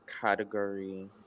category